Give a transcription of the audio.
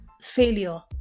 failure